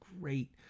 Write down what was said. great